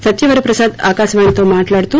సత్య వరప్రసాద్ ఆకాశవాణితో మాట్లాడుతూ